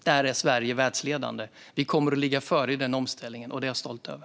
Där är Sverige världsledande. Vi kommer att ligga före i den omställningen, och det är jag stolt över.